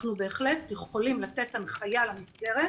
אנחנו בהחלט יכולים לתת הנחיה למסגרת,